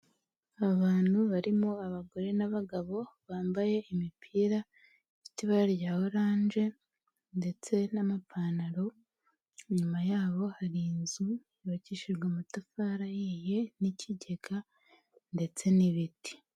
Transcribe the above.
Abantu barimo abagore n'abagabo bambaye imipira ifite ibara rya orange ndetse n'amapantaro, inyuma yabo hari inzu yubakishijwe amatafari ahiye n'ikigega ndetse n'ibiti.